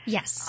Yes